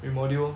remodule lor